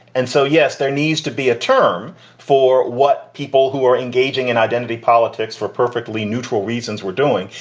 and so, yes, there needs to be a term for what people who are engaging in identity politics for perfectly neutral reasons we're doing.